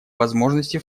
возможности